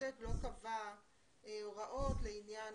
והמחוקק לא קבע הוראות לעניין,